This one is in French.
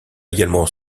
également